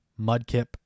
Mudkip